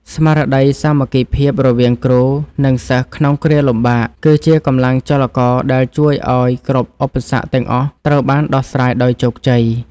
ស្មារតីសាមគ្គីភាពរវាងគ្រូ និងសិស្សក្នុងគ្រាលំបាក គឺជាកម្លាំងចលករដែលជួយឱ្យគ្រប់ឧបសគ្គទាំងអស់ត្រូវបានដោះស្រាយដោយជោគជ័យ។